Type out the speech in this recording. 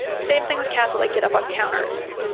same thing with cats that like get up on counters.